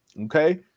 Okay